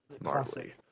Marley